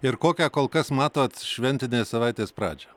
ir kokią kol kas matot šventinės savaitės pradžią